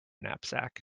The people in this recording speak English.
knapsack